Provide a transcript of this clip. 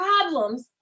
problems